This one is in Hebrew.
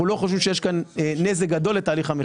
אנחנו לא חושבים שיש כאן נזק גדול לתהליך המכירה.